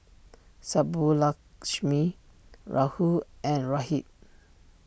Subbulakshmi Rahul and Rohit